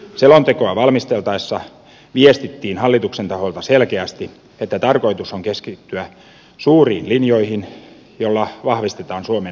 selontekoa valmisteltaessa viestittiin hallituksen taholta selkeästi että tarkoitus on keskittyä suuriin linjoihin joilla vahvistetaan suomen elinkeinoelämää